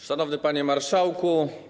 Szanowny Panie Marszałku!